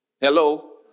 Hello